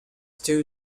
two